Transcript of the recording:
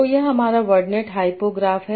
तो यह हमारा वर्डनेट हाइपो ग्राफ है